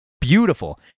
Beautiful